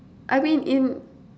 I mean in